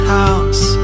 house